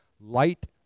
light